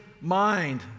mind